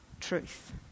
truth